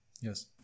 Yes